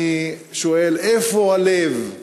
אני שואל: איפה הלב?